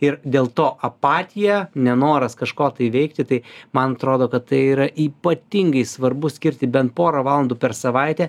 ir dėl to apatija nenoras kažko tai veikti tai man atrodo kad tai yra ypatingai svarbu skirti bent porą valandų per savaitę